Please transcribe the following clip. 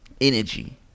energy